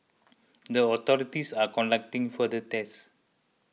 the authorities are conducting further tests